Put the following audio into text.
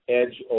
edge